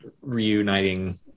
reuniting